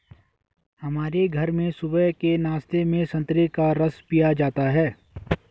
हमारे घर में सुबह के नाश्ते में संतरे का रस पिया जाता है